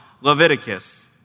Leviticus